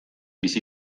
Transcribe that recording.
bizi